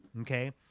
Okay